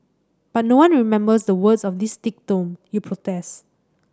but no one remembers the words of this thick tome you protest